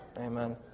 Amen